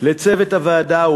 ולצוות הוועדה,